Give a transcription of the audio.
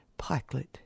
Pikelet